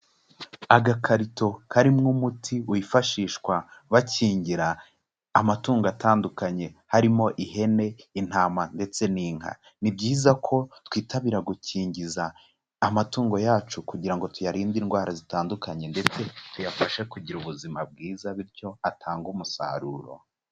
Agakarito karimo umuti wifashishwa bakingira amatungo atandukanye harimo ihene, intama ndetse n'inka. Ni byiza ko twitabira gukingiza amatungo yacu kugira ngo tuyarinde indwara zitandukanye ndetse tuyafashe kugira ubuzima bwiza bityo atange umusaruro.